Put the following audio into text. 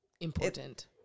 important